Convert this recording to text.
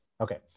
Okay